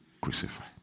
crucified